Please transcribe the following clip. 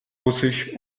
russisch